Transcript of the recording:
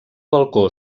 balcó